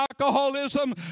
alcoholism